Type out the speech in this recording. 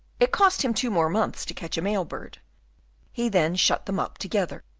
it cost him two more months to catch a male bird he then shut them up together,